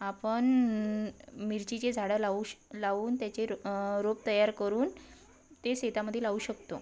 आपण मिरचीचे झाडं लावू श लावून त्याचे रो रोप तयार करून ते शेतामध्ये लावू शकतो